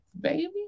baby